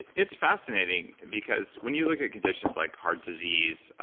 it's fascinating because when you look at conditions like heart disease,